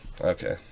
Okay